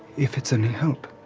if it's any help,